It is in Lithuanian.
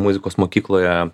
muzikos mokykloje